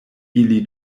ili